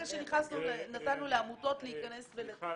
ברגע שנתנו לעמותות להיכנס ולטפל.